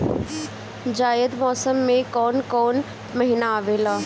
जायद मौसम में कौन कउन कउन महीना आवेला?